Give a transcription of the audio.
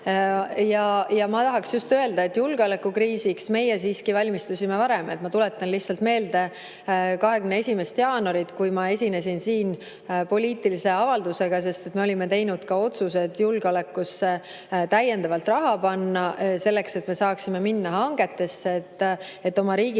Ja ma tahaksin just öelda, et julgeolekukriisiks meie siiski valmistusime varem. Ma tuletan lihtsalt meelde 21. jaanuari, kui ma esinesin siin poliitilise avaldusega, sest me olime teinud otsused julgeolekusse täiendavalt raha panna, selleks et me saaksime minna hangetesse, et oma riigikaitset